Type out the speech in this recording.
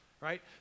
Right